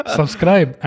Subscribe